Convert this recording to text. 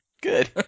Good